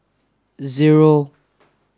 zero